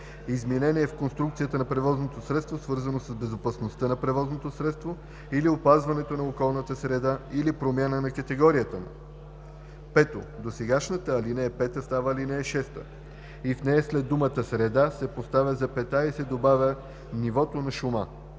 изменение в конструкцията на превозното средство, свързано с безопасността на превозното средство или опазването на околната среда, или промяна на категорията му“. 5. Досегашната ал. 5 става ал. 6 и в нея след думата „среда“ се поставя запетая и се добавя „нивото на шума“.